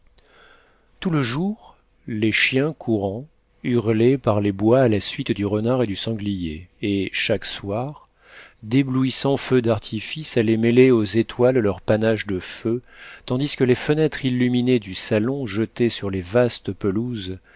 tout le jour les chiens courants hurlaient par les bois à la suite du renard et du sanglier et chaque soir d'éblouissants feux d'artifice allaient mêler aux étoiles leurs panaches de feu tandis que les fenêtres illuminées du salon jetaient sur les vastes pelouses